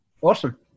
Awesome